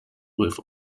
with